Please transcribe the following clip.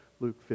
Luke